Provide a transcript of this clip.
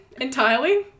entirely